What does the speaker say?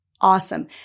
awesome